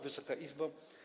Wysoka Izbo!